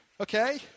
okay